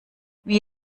wie